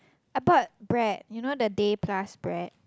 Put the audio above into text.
I bought bread you know the Day Plus Bread